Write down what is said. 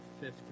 fifth